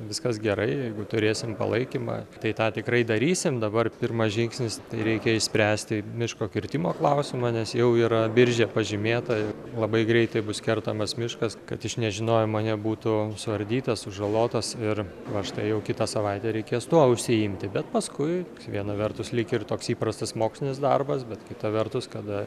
viskas gerai jeigu turėsim palaikymą tai tą tikrai darysim dabar pirmas žingsnis reikia išspręsti miško kirtimo klausimą nes jau yra biržė pažymėta ir labai greitai bus kertamas miškas kad iš nežinojimo nebūtų suardytas sužalotas ir va štai jau kitą savaitę reikės tuo užsiimti bet paskui viena vertus lyg ir toks įprastas mokslinis darbas bet kita vertus kada